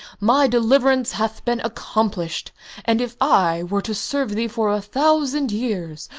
my deliverance hath been accomplished and if i were to serve thee for a thousand years,